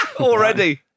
Already